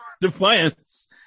Defiance